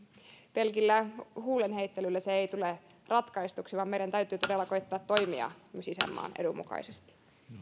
pelkällä huulenheittelyllä se ei tule ratkaistuksi vaan meidän täytyy todella koettaa toimia myös isänmaan edun mukaisesti